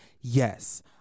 yes